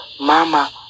Mama